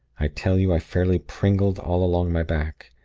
i tell you, i fairly pringled all along my back.